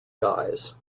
guys